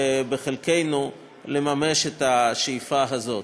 ובחלקנו לממש את השאיפה הזאת.